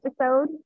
episode